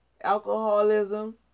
alcoholism